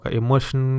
emotion